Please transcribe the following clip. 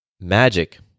magic